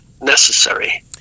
necessary